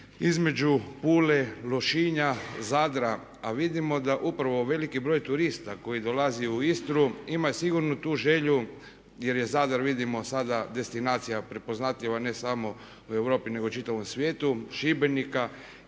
između Pule, Lošinja, Zadra, a vidimo da upravo veliki broj turista koji dolazi u Istru ima sigurno tu želju jer je Zadar vidimo sada destinacija prepoznatljiva ne samo u Europi, nego i čitavom svijetu Šibenika